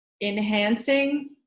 enhancing